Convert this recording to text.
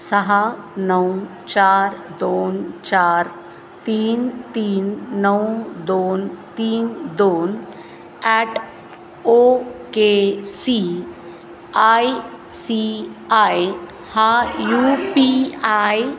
सहा नऊ चार दोन चार तीन तीन नऊ दोन तीन दोन at O K C I C I हा यू पी आय